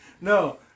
No